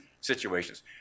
situations